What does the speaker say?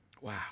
Wow